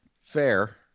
Fair